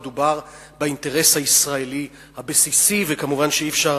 מדובר באינטרס הישראלי הבסיסי ומובן שעל